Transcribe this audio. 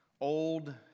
Old